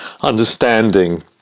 understanding